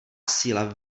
síla